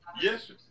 Yes